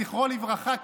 זכרו לברכה,